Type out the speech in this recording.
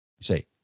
say